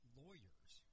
lawyers